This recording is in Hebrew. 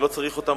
אני לא צריך אותם.